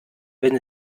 wenn